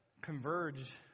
Converge